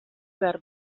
behar